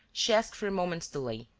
she asked for a moment's delay.